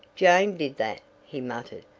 jane did that, he muttered.